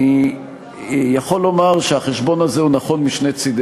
אני יכול לומר שהחשבון הזה נכון משני צדי